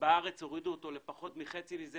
כשבארץ הורידו אותו לפחות מחצי מזה